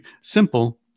Simple